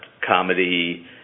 comedy